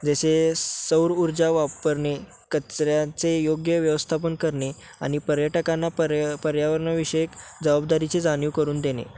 जसे सौर ऊर्जा वापरणे कचऱ्याचे योग्य व्यवस्थापन करणे आणि पर्यटकांना पर्या पर्यावरणाविषयक जबाबदारीची जाणीव करून देणे